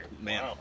Man